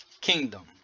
kingdom